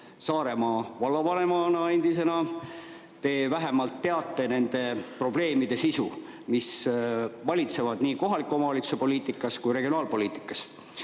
Saaremaa endise vallavanemana te vähemalt teate nende probleemide sisu, mis valitsevad nii kohaliku omavalitsuse poliitikas kui ka regionaalpoliitikas.